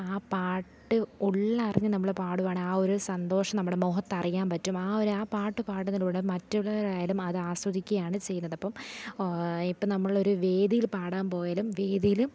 ആ പാട്ട് ഉള്ളറിഞ്ഞു നമ്മൾ പാടുകയാണേ ആ ഒരു സന്തോഷം നമ്മുടെ മുഖത്തറിയാൻ പറ്റും ആ ഒരു ആ പാട്ടു പാടുന്നതിലൂടെ മറ്റുള്ളവരായാലും അതാസ്വദിക്കുകയാണ് ചെയ്യുന്നത് അപ്പം ഇപ്പം നമ്മളൊരു വേദിയിൽ പാടാൻ പോയാലും വേദിയിലും